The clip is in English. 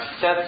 set